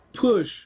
push